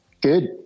Good